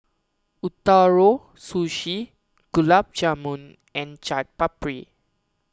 Ootoro Sushi Gulab Jamun and Chaat Papri